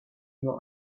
nur